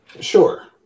Sure